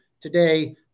Today